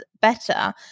better